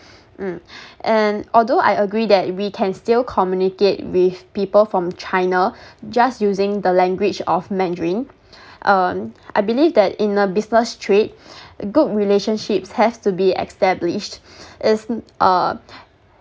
mm and although I agree that we can still communicate with people from china just using the language of mandarin um I believe that in a business trade good relationships has to be established is uh